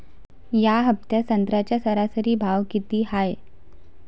या हफ्त्यात संत्र्याचा सरासरी भाव किती हाये?